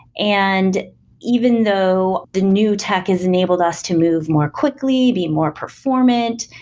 and even though the new tech has enabled us to move more quickly, be more performant,